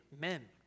men